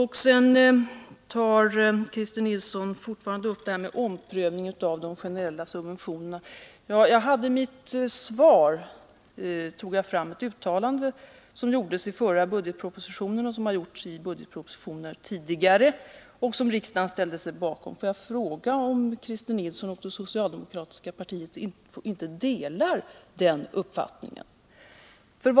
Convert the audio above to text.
Christer Nilsson tog på nytt upp omprövningen av de generella subventionerna. I mitt svar nämnde jag ett uttalande som gjordes i den förra budgetpropositionen och som gjorts i budgetpropositioner tidigare och som riksdagen ställt sig bakom. Får jag fråga om Christer Nilsson och det socialdemokratiska partiet inte delar den uppfattningen?